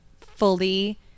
fully